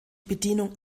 bedienung